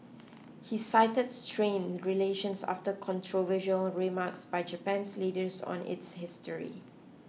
he cited strained relations after controversial remarks by Japan's leaders on its history